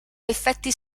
effetti